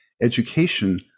education